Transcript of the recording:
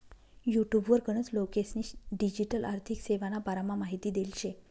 युटुबवर गनच लोकेस्नी डिजीटल आर्थिक सेवाना बारामा माहिती देल शे